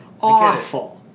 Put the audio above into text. awful